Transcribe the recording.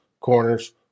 corners